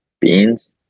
beans